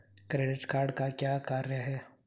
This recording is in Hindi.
क्रेडिट कार्ड का क्या कार्य है?